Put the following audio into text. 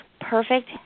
perfect